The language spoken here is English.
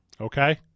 Okay